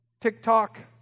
TikTok